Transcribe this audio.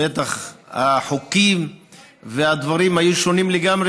בטח החוקים והדברים היו שונים לגמרי,